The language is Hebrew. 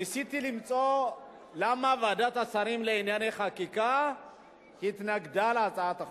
ניסיתי למצוא למה ועדת השרים לענייני חקיקה התנגדה להצעת החוק.